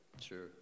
Sure